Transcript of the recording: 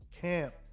camp